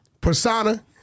persona